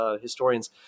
historians